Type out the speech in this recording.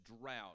drought